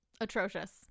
atrocious